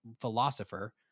philosopher